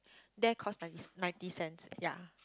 there cost ninety ninety cents ya